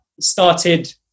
started